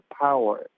power